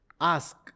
Ask